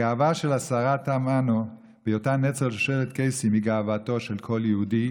הגאווה של השרה תמנו בהיותה נצר לשושלת קייסים היא גאוותו של כל יהודי